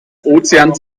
ozeans